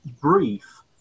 brief